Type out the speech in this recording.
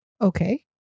Okay